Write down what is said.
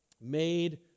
made